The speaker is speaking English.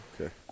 Okay